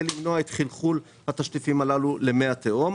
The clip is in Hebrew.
למנוע את חלחול התשטיפים הללו למי התהום,